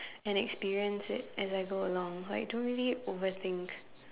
and experiences as I go along like don't really overthink